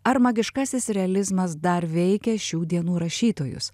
ar magiškasis realizmas dar veikia šių dienų rašytojus